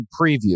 preview